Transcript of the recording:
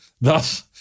thus